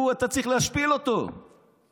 הוא, אתה צריך להשפיל אותו באו"ם.